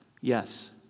Yes